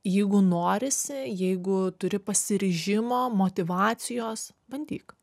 jeigu norisi jeigu turi pasiryžimo motyvacijos bandyk